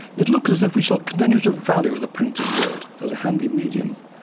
it looks as if we shall contine to value the printed word as a handy medium.